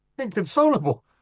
inconsolable